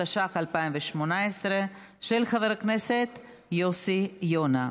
התשע"ח 2018, של חבר הכנסת יוסי יונה.